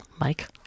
mike